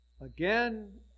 again